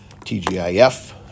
TGIF